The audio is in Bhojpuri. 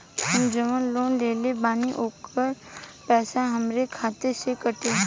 हम जवन लोन लेले बानी होकर पैसा हमरे खाते से कटी?